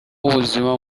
w’ubuzima